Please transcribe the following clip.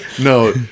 no